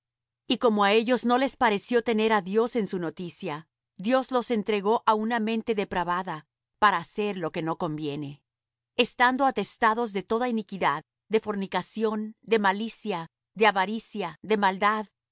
y como á ellos no les pareció tener á dios en su noticia dios los entregó á una mente depravada para hacer lo que no conviene estando atestados de toda iniquidad de fornicación de malicia de avaricia de maldad